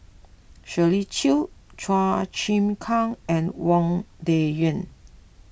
Shirley Chew Chua Chim Kang and Wang Dayuan